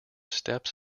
steps